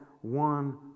one